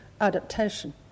adaptation